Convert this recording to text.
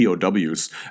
POWs